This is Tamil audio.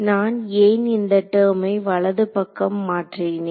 நான் ஏன் இந்த டெர்ம்மை வலதுபக்கம் மாற்றினேன்